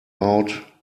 out